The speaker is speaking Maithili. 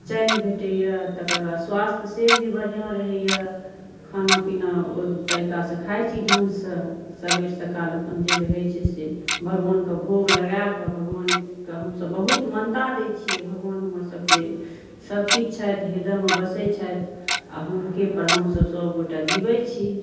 चैन भेटैए तकर बाद स्वास्थ्य से भी बढ़िया रहैए खाना पीना ओइ तरीकासऽ खाइ छी ढङ्गसऽ सबेर सकाल अपन जे रहै छै से भगवानके भोग लगायकऽ भगवानकऽ हमसब बहुत मानता दै छियै भगवान हमरा सबके सब किछु छथि हृदयमे बसै छथि आ हुनकेपर हमसब सब गोटा जीबै छी